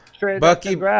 Bucky